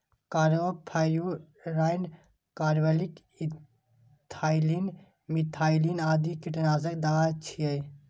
carbofuran, carbaryl, ethylene, methylene आदि कीटनाशक दवा छियै